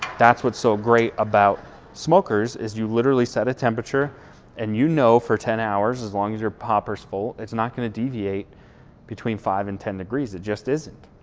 that's what's so great about smokers is you literally set a temperature and you know, for ten hours, as long as your popper's full, it's not going to deviate between five and ten degrees it just isn't.